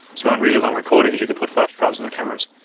you want really long recordings you can put flash drives in the cameras.